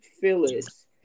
Phyllis